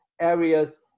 areas